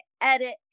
edit